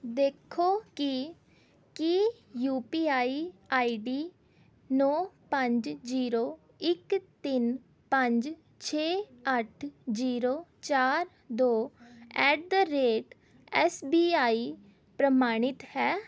ਦੇਖੋ ਕਿ ਕੀ U P I I D ਨੌ ਪੰਜ ਜ਼ੀਰੋ ਇੱਕ ਤਿੰਨ ਪੰਜ ਛੇ ਅੱਠ ਜ਼ੀਰੋ ਚਾਰ ਦੋ at the rate S B I ਪ੍ਰਮਾਣਿਤ ਹੈ